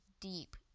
deep